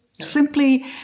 simply